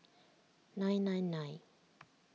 nine nine nine